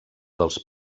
dels